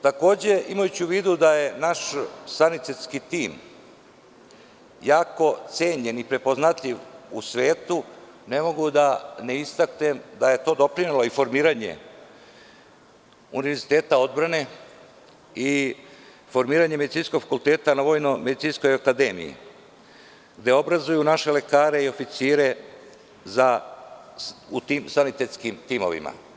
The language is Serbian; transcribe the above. Takođe, imajući u vidu da je naš sanitetski tim jako cenjen i prepoznatljiv u svetu, ne mogu da ne istaknem da je to doprinelo i formiranjem univerziteta odbrane i formiranjem medicinskog fakulteta na VMA, gde obrazuju naše lekare i oficire u tim sanitetskim timovima.